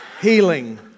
healing